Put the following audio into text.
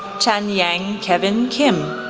chanyang kevin kim,